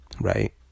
Right